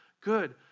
good